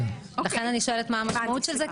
מה המשמעות של זה?